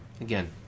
Again